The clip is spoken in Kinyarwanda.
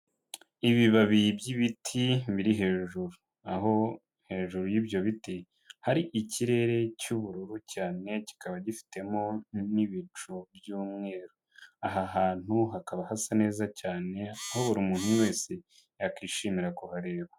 Ibibabi by'ibiti biri hejuru aho hejuru y'ibyo biti hari ikirere cy'ubururu cyane kikaba gifitemo n'ibicu by'umweru, aha hantu hakaba hasa neza cyane aho buri muntu wese yakwishimira kuhareba.